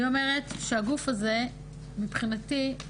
אני אומרת שבסוף, הגוף הזה, מבחינתי,